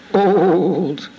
old